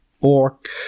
Orc